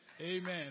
Amen